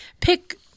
pick